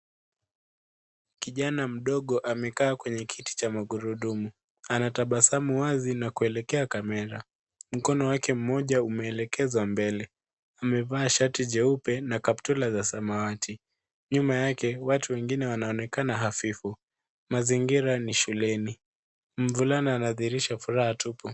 Kijana mdogo amekaa kwenye kiti cha magurudumu. Ana tabasamu wazi na kuelekea kamera, mkono wake mmoja umeelekezwa mbele. Amevaa shati jeupe na kaptula la samawati. Nyuma yake, watu wengine wanaonekana hafifu. Mazingira ni shuleni. Mvulana anadhirisha furaha tupu.